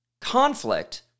Conflict